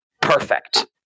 perfect